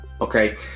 okay